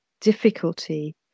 difficulty